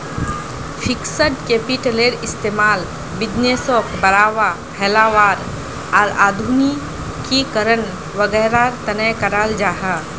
fixed कैपिटलेर इस्तेमाल बिज़नेसोक बढ़ावा, फैलावार आर आधुनिकीकरण वागैरहर तने कराल जाहा